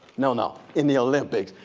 no, no. in the olympics,